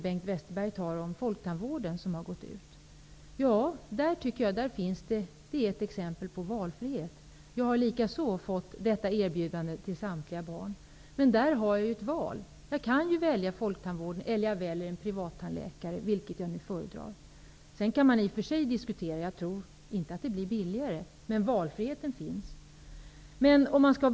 Bengt Westerberg tog som exempel det här med folktandvården. Det är ett exempel på valfrihet. Jag har likaså fått sådant erbjudande till samtliga barn. Där har jag ett val. Jag kan välja folktandvården eller en privat tandläkare, om jag nu föredrar det. Sedan kan man i och för sig diskutera om det blir billigare, vilket jag inte tror, men valfriheten finns.